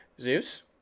Zeus